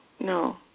no